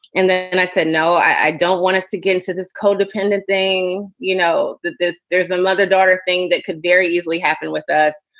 and then and i said, no, i don't want us to get into this codependent thing. you know that this is a mother daughter thing that could very easily happen with us.